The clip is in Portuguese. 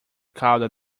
calda